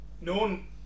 known